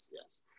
yes